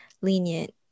lenient